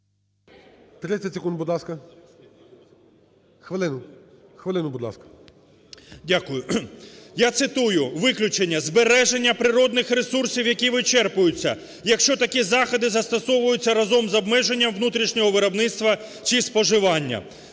30 секунд, будь ласка. Хвилину, будь ласка. ГАЛАСЮК В.В. Дякую. Я цитую виключення: "збереження природних ресурсів, які вичерпуються, якщо такі заходи застосовуються разом з обмеженням внутрішнього виробництва чи споживання".